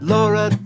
Laura